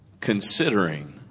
considering